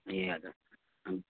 ए हजुर